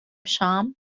شام